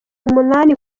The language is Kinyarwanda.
umunani